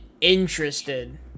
interested